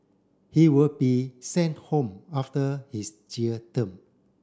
he will be sent home after his jail term